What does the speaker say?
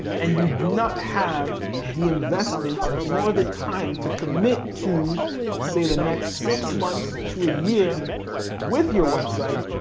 and you do not have the investment nor the time to commit to say the next six months to a year with your website,